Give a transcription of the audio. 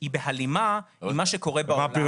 אם היום העובד יוצא אחרי שש שעות מהעבודה